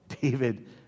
David